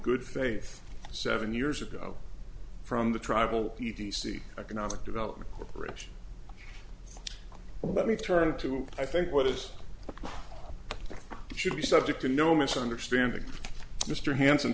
good faith seven years ago from the tribal e t c economic development corporation let me turn to i think what is should be subject to no misunderstanding mr hans